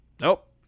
Nope